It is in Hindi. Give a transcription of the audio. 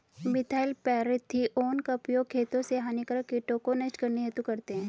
मिथाइल पैरथिओन का उपयोग खेतों से हानिकारक कीटों को नष्ट करने हेतु करते है